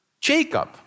Jacob